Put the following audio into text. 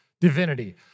divinity